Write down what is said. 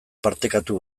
partekatu